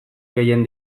gehien